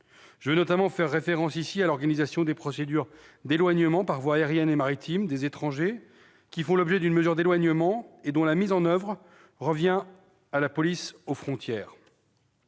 Je fais notamment référence à l'organisation des procédures d'éloignement par voies aérienne et maritime des étrangers faisant l'objet d'une mesure d'éloignement, dont la mise en oeuvre revient à la police aux frontières.